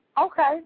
Okay